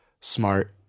smart